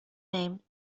name